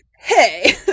hey